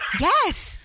yes